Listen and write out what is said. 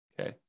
Okay